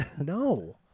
no